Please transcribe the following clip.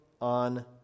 on